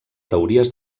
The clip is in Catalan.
teories